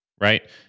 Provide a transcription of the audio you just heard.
right